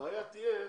הבעיה תהיה